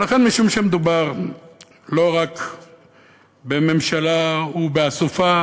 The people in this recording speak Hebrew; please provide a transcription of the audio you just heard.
ולכן, משום שמדובר לא רק בממשלה ובאסופה